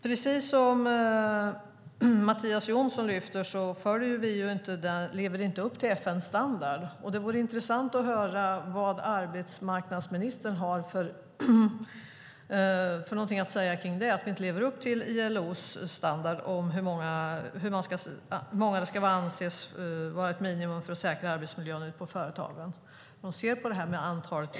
Precis som Mattias Jonsson lyfter fram lever vi inte upp till FN:s standard. Det vore intressant att höra vad arbetsmarknadsministern har att säga om att vi inte lever upp till ILO:s standard om hur många inspektörer som ska anses vara ett minimum för att säkra arbetsmiljön ute på företagen.